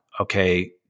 okay